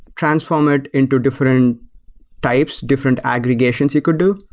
transform it into different types, different aggregations you could do.